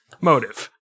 motive